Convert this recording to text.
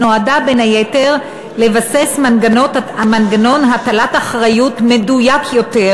שנועדה בין היתר לבסס מנגנון הטלת אחריות מדויק יותר.